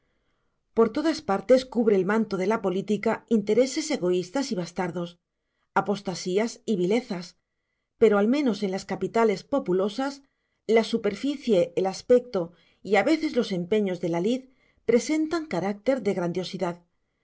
por todas partes cubre el manto de la política intereses egoístas y bastardos apostasías y vilezas pero al menos en las capitales populosas la superficie el aspecto y a veces los empeños de la lid presentan carácter de grandiosidad